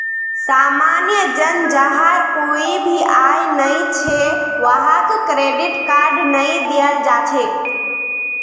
सामान्य जन जहार कोई भी आय नइ छ वहाक क्रेडिट कार्ड नइ दियाल जा छेक